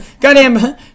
Goddamn